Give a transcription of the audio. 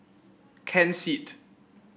Ken Seet